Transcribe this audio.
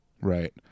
Right